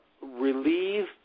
relieve